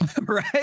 Right